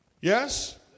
Yes